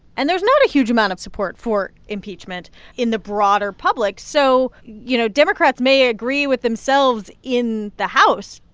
and there's not a huge amount of support for impeachment in the broader public. so you know, democrats may agree with themselves in the house,